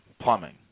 plumbing